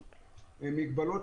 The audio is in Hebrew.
הצעת צו משק החשמל (דחיית מועד מתן רישיון לניהול המערכת) (תיקון),